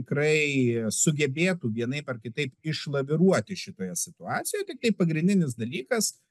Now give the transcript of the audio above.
tikrai sugebėtų vienaip ar kitaip išlaviruoti šitoje situacijoj tiktai pagrindinis dalykas